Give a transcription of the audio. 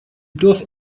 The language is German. dorf